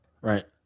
Right